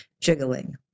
jiggling